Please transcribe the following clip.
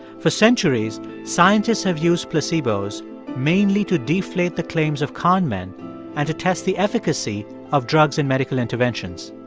for centuries, scientists have used placebos mainly to deflate the claims of con men and to test the efficacy of drugs and medical interventions.